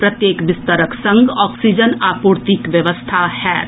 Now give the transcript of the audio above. प्रत्येक बिस्तरक संग ऑक्सीजन आपूर्तिक व्यवस्था होयत